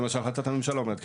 זה מה שהחלטת הממשלה אומרת,